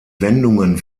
wendungen